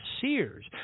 Sears